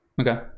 Okay